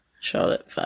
Charlotte